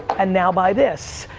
and now buy this,